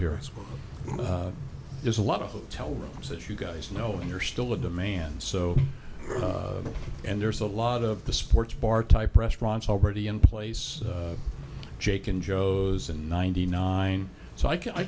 well there's a lot of hotel rooms that you guys know when you're still a demand so and there's a lot of the sports bar type restaurants already in place jake in jos and ninety nine so i can i